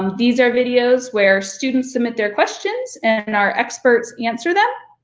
um these are videos where students submit their questions and our experts answer them.